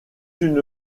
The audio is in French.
une